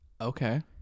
Okay